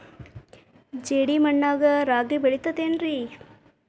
ಜೇಡಿ ಮಣ್ಣಾಗ ರಾಗಿ ಬೆಳಿತೈತೇನ್ರಿ?